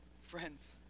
Friends